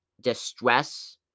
distress